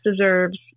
deserves